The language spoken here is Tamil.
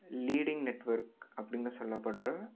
லீடிங் நெட்வொர்க் அப்படின்னு சொல்லப்படுற